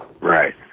Right